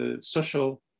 social